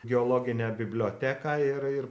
geologinę biblioteką ir ir